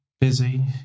busy